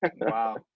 Wow